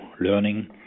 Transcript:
learning